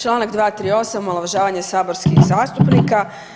Čl. 238. omalovažavanje saborskih zastupnika.